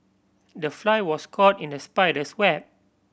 the fly was caught in the spider's web